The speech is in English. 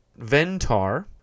Ventar